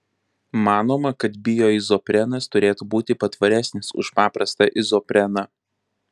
manoma kad bioizoprenas turėtų būti patvaresnis už paprastą izopreną